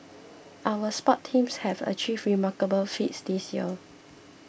our sports teams have achieved remarkable feats this year